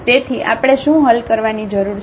તેથી આપણે શું હલ કરવાની જરૂર છે